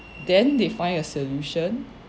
then they find a solution